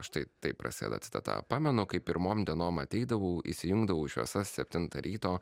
štai taip prasideda citata pamenu kaip pirmom dienom ateidavau įsijungdavau šviesas septintą ryto